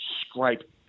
scrape